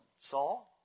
Saul